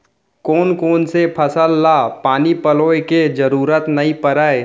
कोन कोन से फसल ला पानी पलोय के जरूरत नई परय?